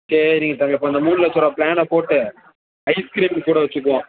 சரிங்க தம்பி அப்போ அந்த மூணு லட்ச ரூபா ப்ளானைப் போட்டு ஐஸ்கிரீம் கூட வச்சுக்குவோம்